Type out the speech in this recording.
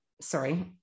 sorry